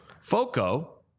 Foco